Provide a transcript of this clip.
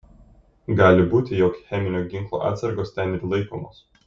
gali būti jog cheminio ginklo atsargos ten ir laikomos